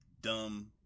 dumb